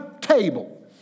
table